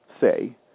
say